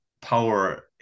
power